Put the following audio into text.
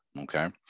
okay